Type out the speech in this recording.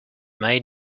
made